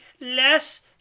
less